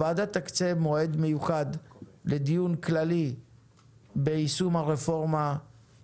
הוועדה תקצה מועד מיוחד לדיון כללי ביישום הרפורמה